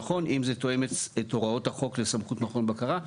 נכון אם זה תואם את הוראות החוק לסמכות מכון בקרה,